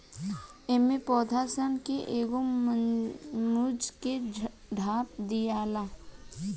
एमे पौधा सन के एगो मूंज से ढाप दियाला